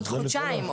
עוד חודשיים,